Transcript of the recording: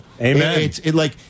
Amen